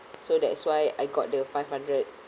so that's why I got the five hundred